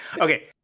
Okay